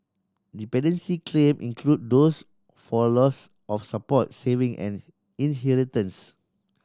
dependency claim include those for loss of support saving and inheritance